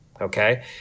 Okay